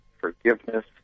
forgiveness